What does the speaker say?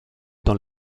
dans